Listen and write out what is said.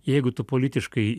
jeigu tu politiškai